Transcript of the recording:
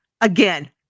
Again